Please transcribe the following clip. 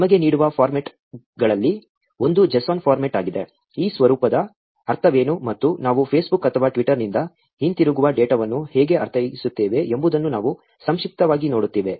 ಇದು ನಿಮಗೆ ನೀಡುವ ಫಾರ್ಮ್ಯಾಟ್ಗಳಲ್ಲಿ ಒಂದು JSON ಫಾರ್ಮ್ಯಾಟ್ ಆಗಿದೆ ಈ ಸ್ವರೂಪದ ಅರ್ಥವೇನು ಮತ್ತು ನಾವು ಫೇಸ್ಬುಕ್ ಅಥವಾ ಟ್ವಿಟರ್ನಿಂದ ಹಿಂತಿರುಗುವ ಡೇಟಾವನ್ನು ಹೇಗೆ ಅರ್ಥೈಸುತ್ತೇವೆ ಎಂಬುದನ್ನು ನಾವು ಸಂಕ್ಷಿಪ್ತವಾಗಿ ನೋಡುತ್ತೇವೆ